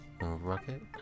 Rocket